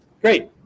Great